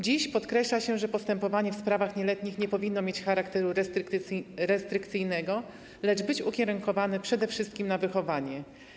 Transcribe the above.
Dziś podkreśla się, że postępowanie w sprawach nieletnich nie powinno mieć charakteru restrykcyjnego, lecz powinno być ukierunkowane przede wszystkim na wychowanie.